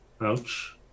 Ouch